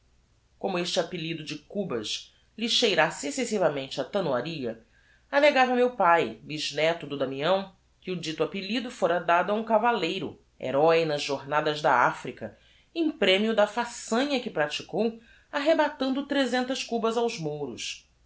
como este appellido de cubas lhe cheirasse excessivamente a tanoaria allegava meu pae bisneto do damião que o dito appellido fôra dado a um cavalleiro heroe nas jornadas da africa em premio da façanha que praticou arrebatando tresentas cubas aos mouros